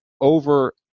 over